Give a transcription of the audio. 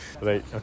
Right